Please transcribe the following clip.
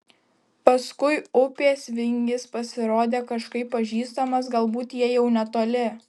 paskui upės vingis pasirodė kažkaip pažįstamas galbūt jie jau netoli